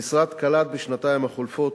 המשרד קלט בשנתיים החולפות